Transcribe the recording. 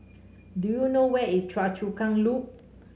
do you know where is Choa Chu Kang Loop